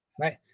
right